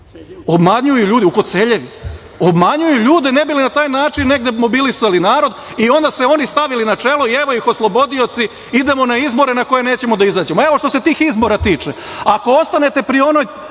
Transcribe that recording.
Nema ničega. U Koceljevi. Obmanjuju ljude, ne bi li na taj način negde mobilisali narod i onda se oni stavili na čelo i evo ih oslobodioci, idemo na izbore na koje nećemo da izađemo. Evo, što se tih izbora tiče, ako ostanete pri onoj